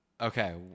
Okay